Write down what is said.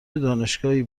دانشگاهی